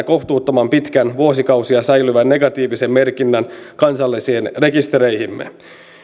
kohtuuttoman pitkän vuosikausia säilyvän negatiivisen merkinnän kansallisiin rekistereihimme